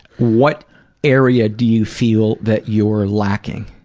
what area do you feel that you're lacking?